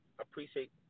appreciate